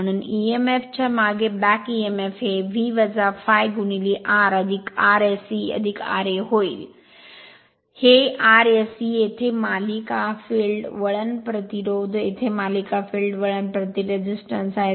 म्हणून emf च्या मागे बॅक emf हे V ∅ R Rse ra होईल हे Rse येथे मालिका फील्ड वळण प्रतिरोध येथे मालिका फील्ड वळण प्रतिकार आहे